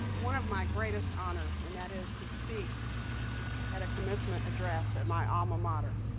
one of my greatest honors, and that is to speak at a commencement address at my alma mater.